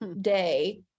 day